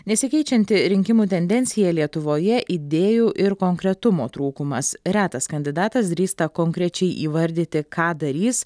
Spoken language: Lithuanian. nesikeičianti rinkimų tendencija lietuvoje idėjų ir konkretumo trūkumas retas kandidatas drįsta konkrečiai įvardyti ką darys